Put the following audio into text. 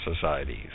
societies